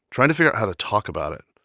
trying to figure out how to talk about it.